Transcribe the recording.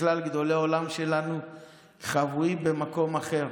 בכלל גדולי עולם שלנו חבויים במקום אחר.